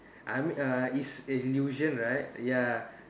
I mean uh it's a illusion right ya